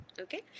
okay